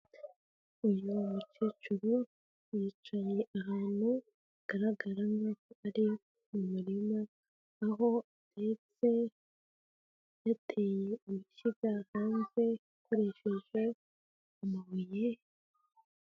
Uyu mukecuru yicaye ahantu hagaragara nk'aho ari mu murima aho atetse yateye amashyiga hanze akoresheje amabuye...